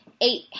eight